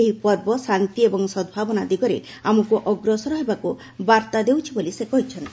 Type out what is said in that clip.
ଏହି ପର୍ବ ଶାନ୍ତି ଏବଂ ସଦ୍ଭାବନା ଦିଗରେ ଆମକୁ ଅଗ୍ରସର ହେବାକୁ ବାର୍ତ୍ତା ଦେଉଛି ବୋଲି ସେ କହିଛନ୍ତି